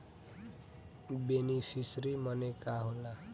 Beneficiary मने का होला?